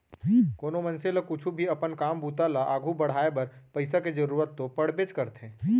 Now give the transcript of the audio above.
कोनो मनसे ल कुछु भी अपन काम बूता ल आघू बढ़ाय बर पइसा के जरूरत तो पड़बेच करथे